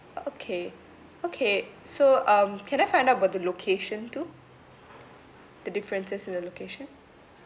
orh okay okay so um can I find about the location too the differences in the location